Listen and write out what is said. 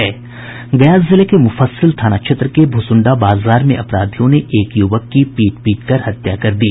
गया जिले के मुफस्सिल थाना क्षेत्र के भुसुंडा बाजार में अपराधियों ने एक युवक की पीट पीट कर हत्या कर दी